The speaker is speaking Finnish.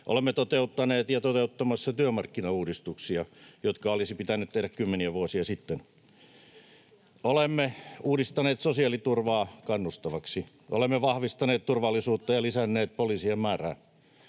Olemme toteuttaneet ja toteuttamassa työmarkkinauudistuksia, jotka olisi pitänyt tehdä kymmeniä vuosia sitten. Olemme uudistaneet sosiaaliturvaa kannustavaksi. Olemme vahvistaneet turvallisuutta ja lisänneet poliisien määrää.